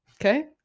okay